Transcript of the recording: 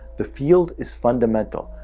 the field is fundamental.